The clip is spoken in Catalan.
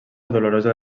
dolorosa